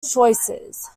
choices